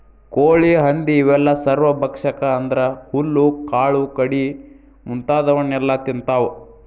ಕೋಳಿ ಹಂದಿ ಇವೆಲ್ಲ ಸರ್ವಭಕ್ಷಕ ಅಂದ್ರ ಹುಲ್ಲು ಕಾಳು ಕಡಿ ಮುಂತಾದವನ್ನೆಲ ತಿಂತಾವ